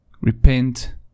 Repent